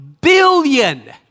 billion